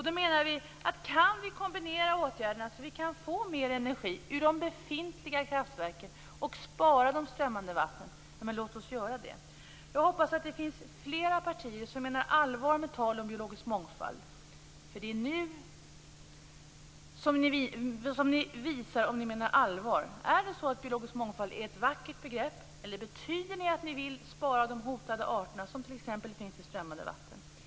Vi menar att om man kan kombinera åtgärderna så, att vi kan få mer energi i de befintliga kraftverken och spara de strömmande vattnen, låt oss då göra det. Jag hoppas att det finns flera partier som menar allvar med talet om biologisk mångfald. Det är nu som ni visar om ni menar allvar - ifall biologisk mångfald bara är ett vackert begrepp eller om ni vill spara de hotade arter som t.ex. finns i strömmande vatten.